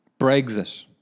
Brexit